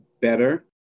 better